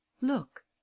look